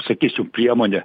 sakysim priemonė